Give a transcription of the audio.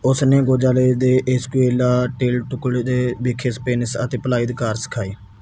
ਉਸ ਨੇ ਗੋਜਾਲੇਜ਼ਦੇ ਏਸਕੂਏਲਾ ਟੇਲਟੁਕਲੇ ਦੇ ਵਿਖੇ ਸਪੇਨਿਸ ਅਤੇ ਭਲਾਈ ਅਧਿਕਾਰ ਸਿਖਾਏ